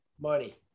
money